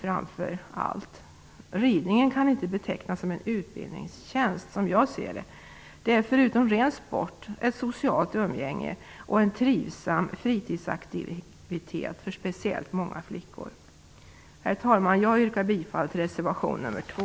Ridningen kan inte som jag ser det betecknas som en utbildningstjänst. Det är förutom ren sport ett socialt umgänge och en trivsam fritidsaktivitet för speciellt många flickor. Herr talman! Jag yrkar bifall till reservation nr 2.